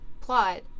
plot